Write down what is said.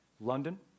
London